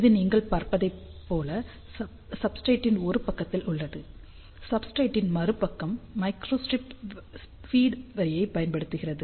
இது நீங்கள் பார்ப்பதைப் போல சப்ஸ்ரேட்டின் ஒரு பக்கத்தில் உள்ளது சப்ஸ்ரேட்டின் மறுபக்கம் மைக்ரோஸ்ட்ரிப் ஃபீட் வரியைப் பயன்படுத்துகிறது